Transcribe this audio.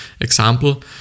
Example